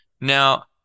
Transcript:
Now